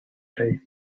day